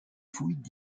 fouilles